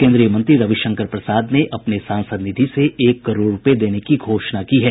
केंद्रीय मंत्री रविशंकर प्रसाद ने अपने सांसद निधि से एक करोड़ रूपये देने की घोषणा की है